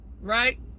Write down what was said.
right